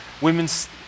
Women's